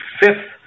fifth